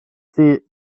sie